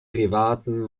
privaten